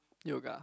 yoga